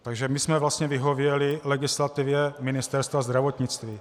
Takže my jsme vlastně vyhověli legislativě Ministerstva zdravotnictví.